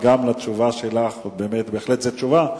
וגם על השאלה שלך זאת בהחלט תשובה.